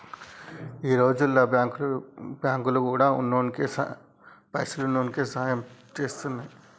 ఈ రోజుల్ల బాంకులు గూడా పైసున్నోడికే సాయం జేత్తున్నయ్